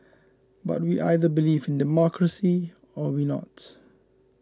but we either believe in democracy or we not